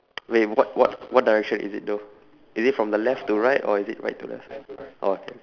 wait what what what direction is it though is it from the left to right or is it right to left oh